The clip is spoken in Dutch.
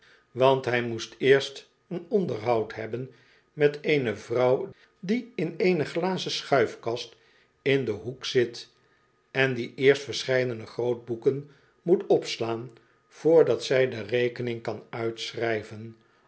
want hij moest eerst een onderhoud hebben met eene vrouw die in eene glazen schuifkast in den hoek zit en die eerst verscheidene grootboeken moet opslaan voordat zij de rekening kan uitschrijven